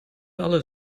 alle